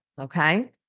okay